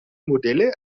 modelle